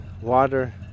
water